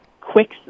quick